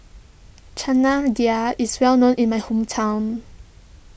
Chana Dal is well known in my hometown